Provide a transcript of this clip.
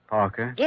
Parker